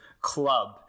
club